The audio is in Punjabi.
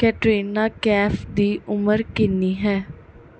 ਕੈਟਰੀਨਾ ਕੈਫ ਦੀ ਉਮਰ ਕਿੰਨੀ ਹੈ